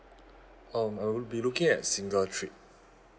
um I will be looking at single trip